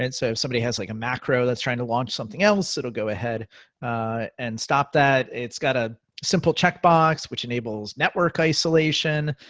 so if somebody has like a macro, that's trying to launch something else, it'll go ahead and stop that. it's got a simple checkbox which enables network isolation.